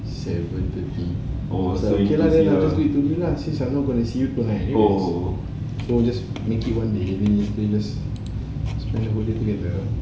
seven thirty so kira since I'm not going to see her tonight you see so just make it one day and then we just spend the whole day together